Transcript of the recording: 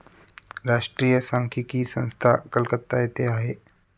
राष्ट्रीय सांख्यिकी संस्था कलकत्ता येथे आहे